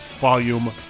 volume